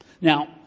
Now